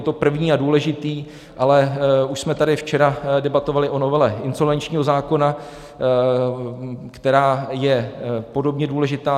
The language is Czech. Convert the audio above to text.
Je to první a důležitý, ale už jsme tady včera debatovali o novele insolvenčního zákona, která je podobně důležitá.